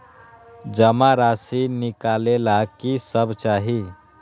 जमा राशि नकालेला कि सब चाहि?